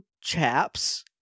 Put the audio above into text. chaps